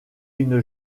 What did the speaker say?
une